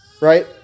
right